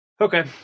Okay